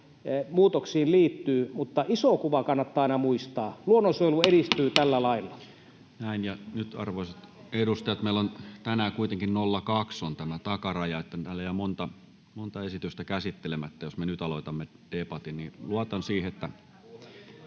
muutoksiin liittyy, mutta iso kuva kannattaa aina muistaa: luonnonsuojelu edistyy tällä lailla. Näin. — Ja nyt, arvoisat edustajat, meillä on tänään kuitenkin kello 2 tämä takaraja, ja täällä jää monta esitystä käsittelemättä, jos me nyt aloitamme debatin, niin luotan siihen, että...